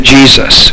Jesus